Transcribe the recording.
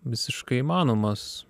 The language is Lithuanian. visiškai įmanomas